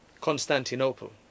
Constantinople